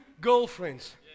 girlfriends